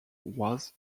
was